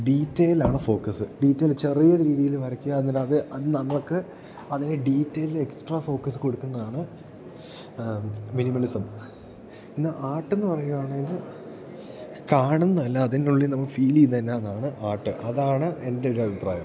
ഡീറ്റെയിലാണ് focus detail ചെറിയ രീതിയിൽ വരയ്ക്കുക എന്നല്ലാതെ അത് നമുക്ക് അതിനെ ഡീറ്റെയ്ൽ എക്സ്ട്രാ ഫോക്കസ് കൊടുക്കുന്നതാണ് മിനിമലിസം പിന്നെ ആർട്ട് എന്ന് പറയുവാണെങ്കിൽ കാണുന്നതല്ല അതിനുള്ളിൽ നമുക്ക് ഫീല് ചെയ്യുന്നേന്നാണ് ആർട്ട് അതാണ് എൻ്റെ ഒരു അഭിപ്രായം